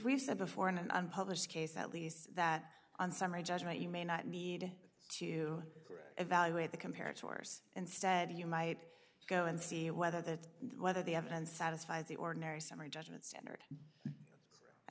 we've said before an unpublished case at least that on summary judgment you may not need to evaluate the compared to ours instead you might go and see whether the whether the evidence satisfies the ordinary summary judgment standard i